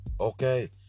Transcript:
Okay